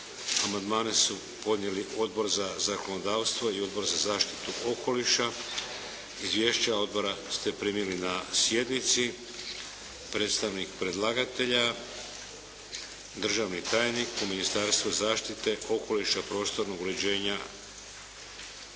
Amandmane su podnijeli Odbor za zakonodavstvo i Odbor za zaštitu okoliša. Izvješća odbora ste primili na sjednici. Predstavnik predlagatelja, državni tajnik u Ministarstvu zaštite, okoliša, prostornog uređenja,